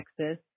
Texas